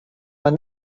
man